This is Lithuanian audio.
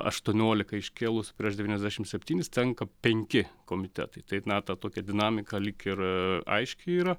aštuoniolika iškėlus prieš devyniasdešim septynis tenka penki komitetai taip na ta tokia dinamika lyg ir aiški yra